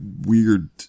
weird